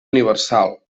universal